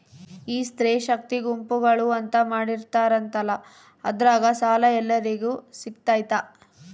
ಈ ಸ್ತ್ರೇ ಶಕ್ತಿ ಗುಂಪುಗಳು ಅಂತ ಮಾಡಿರ್ತಾರಂತಲ ಅದ್ರಾಗ ಸಾಲ ಎಲ್ಲರಿಗೂ ಸಿಗತೈತಾ?